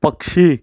पक्षी